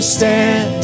stand